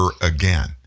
again